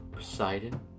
Poseidon